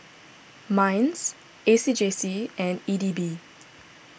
Minds A C J C and E D B